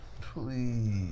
Please